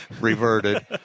reverted